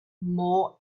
more